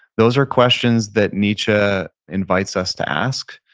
those are questions that nietzsche invites us to ask,